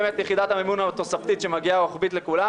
יחידת המימון התוספתית שמגיעה רוחבית לכולם.